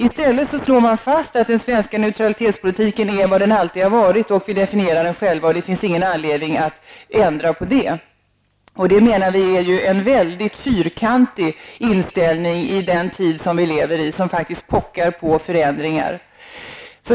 I stället slår man fast att den svenska neutralitetspolitiken är vad den alltid varit, att vi definierar den själva och att det inte finns någon anledning att ändra på det. Det menar vi är en väldigt fyrkantig inställning i den tid vi lever i som faktiskt pockar på förändringar.